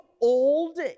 old